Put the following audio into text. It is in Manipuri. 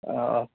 ꯑꯥ ꯑꯥ